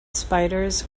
spiders